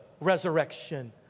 resurrection